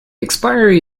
expiry